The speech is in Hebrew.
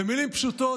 במילים פשוטות: